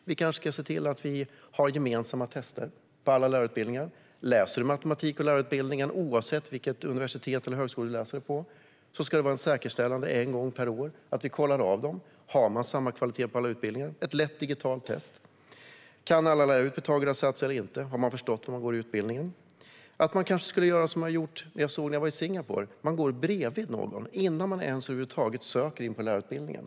Vi kanske ska se till att vi har gemensamma tester på alla lärarutbildningar. Om man läser matematik på lärarutbildningen, oavsett vilket universitet eller vilken högskola man läser på, ska det en gång om året säkerställas att det är samma kvalitet på alla utbildningar. Det kan göras med ett enkelt digitalt test. Kan alla till exempel Pythagoras sats eller inte? Har de förstått det när de går utbildningen? Det ska kanske vara som i Singapore, där man går bredvid någon innan man ens över huvud taget söker in på lärarutbildningen.